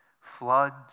floods